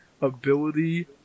ability